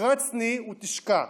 קרצני ותשכה.